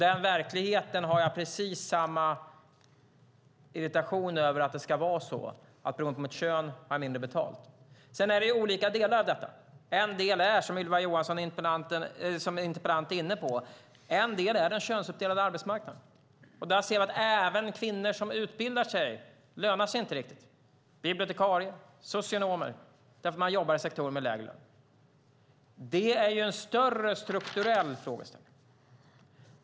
Men de kvarstår, och jag är precis lika irriterad över en verklighet där människor beroende på sitt kön har mindre betalt. Det finns olika delar i detta. En del handlar, som interpellanten Ylva Johansson är inne på, om den könsuppdelade arbetsmarknaden. Där ser vi att även om kvinnor utbildar sig, till exempel till bibliotekarier eller socionomer, så lönar det sig inte riktigt eftersom man jobbar i sektorer med lägre lön. Det är en större, strukturell frågeställning.